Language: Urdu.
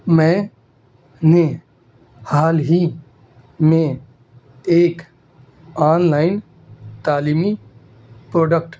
میں نے حال ہی میں ایک آن لائن تعلیمی پروڈکٹ